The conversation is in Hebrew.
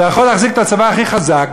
אתה יכול להחזיק את הצבא הכי חזק,